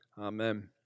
Amen